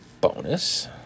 bonus